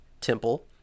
temple